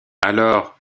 alors